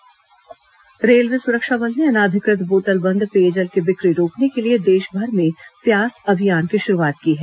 railway अभियान railway सुरक्षा बल ने अनाधिकृत बोतल बंद पेयजल की बिक्री रोकने के लिए देशभर में प्यास अभियान की शुरूआत की है